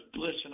listen